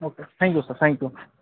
okay thank you sir thank you